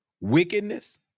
wickedness